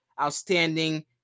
outstanding